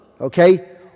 Okay